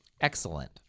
Excellent